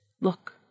Look